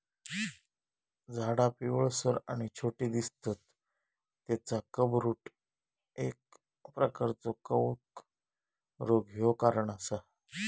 झाडा पिवळसर आणि छोटी दिसतत तेचा क्लबरूट एक प्रकारचो कवक रोग ह्यो कारण असा